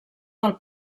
del